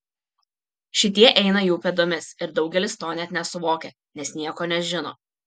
šitie eina jų pėdomis ir daugelis to net nesuvokia nes nieko nežino